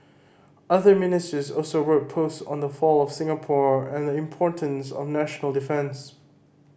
other Ministers also wrote post on the fall of Singapore and the importance of national defence